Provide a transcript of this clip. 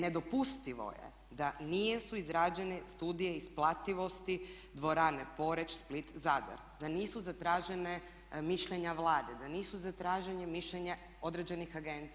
Ne nedopustivo je da nisu izrađene studije isplativosti dvorane Poreč, Split, Zadar, da nisu zatražena mišljenja Vlade, da nisu zatražena mišljenja određenih agencija.